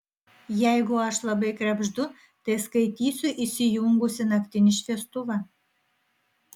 jeigu aš labai krebždu tai skaitysiu įsijungusi naktinį šviestuvą